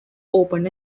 open